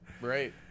Right